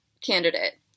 candidate